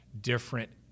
different